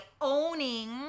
owning